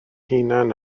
hunain